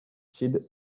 child